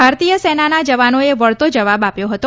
ભારતીય સેનાના જવાનોએ વળતો જવાબ આપ્યો હતો